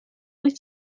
wyt